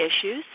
issues